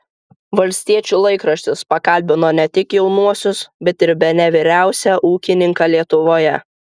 valstiečių laikraštis pakalbino ne tik jaunuosius bet ir bene vyriausią ūkininką lietuvoje